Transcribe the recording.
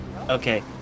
Okay